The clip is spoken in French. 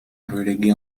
relégué